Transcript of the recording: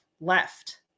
left